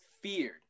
feared